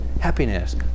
happiness